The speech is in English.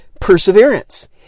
perseverance